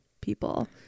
people